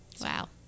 Wow